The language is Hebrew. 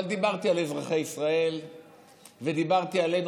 אבל דיברתי על אזרחי ישראל ודיברתי עלינו,